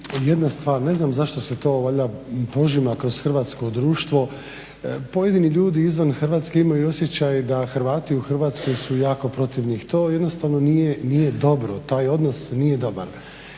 jedna stvar, ne znam zašto se to valjda prožima kroz hrvatsko društvo, pojedini ljudi izvan Hrvatske imaju osjećaj da Hrvati u Hrvatskoj su jako protiv njih. To jednostavno nije dobro. Taj odnos nije dobar.